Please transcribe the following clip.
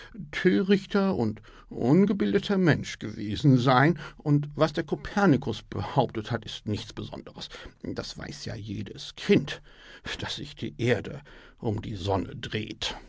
törichter und ungebildeter mensch gewesen sein und was der kopernikus behauptet hat ist nichts besonderes das weiß ja jedes kind daß sich die erde um die sonne dreht